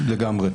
לגמרי.